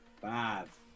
five